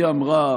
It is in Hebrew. היא אמרה